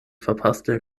verpasste